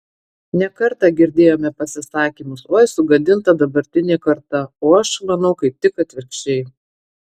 ne kartą girdėjome pasisakymus oi sugadinta dabartinė karta o aš manau kaip tik atvirkščiai